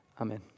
Amen